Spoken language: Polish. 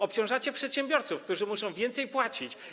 Obciążacie przedsiębiorców, którzy muszą więcej płacić.